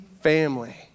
Family